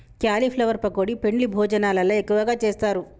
cauliflower pakodi పెండ్లి భోజనాలల్ల ఎక్కువగా చేస్తారు